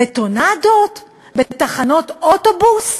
בטונדות בתחנות אוטובוס,